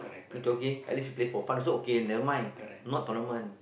jogging at least you play for fun also okay never mind not tournament